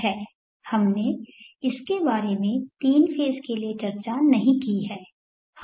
हमने इसके बारे में 3 फेज़ के लिए चर्चा नहीं की है